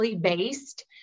based